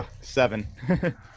seven